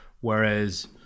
whereas